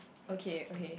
okay okay